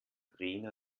rena